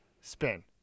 spin